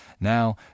Now